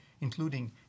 including